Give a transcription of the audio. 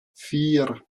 vier